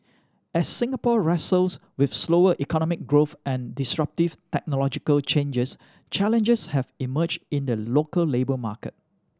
as Singapore wrestles with slower economic growth and disruptive technological changes challenges have emerged in the local labour market